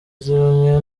zimwe